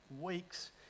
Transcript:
weeks